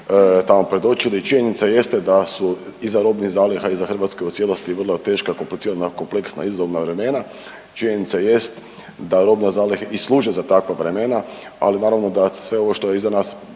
tamo predočili. Činjenica jeste da su i za robnih zaliha i za Hrvatsku u cijelosti vrlo teška komplicirana, kompleksna, izazovna vremena. Činjenica jest da robne zalihe i služe za takva vremena, ali naravno da sve ovo što je iza nas